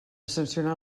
sancionar